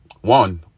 one